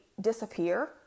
disappear